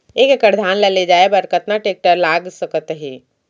एक एकड़ धान ल ले जाये बर कतना टेकटर लाग सकत हे?